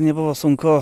nebuvo sunku